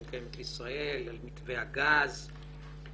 קרן קיימת לישראל, על מתווה הגז וכולי.